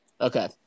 Okay